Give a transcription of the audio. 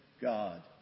God